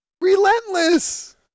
Relentless